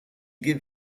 give